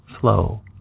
flow